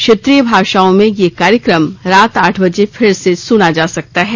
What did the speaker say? क्षेत्रीय भाषाओं में यह कार्यक्रम रात आठ बजे फिर सुना जा सकता है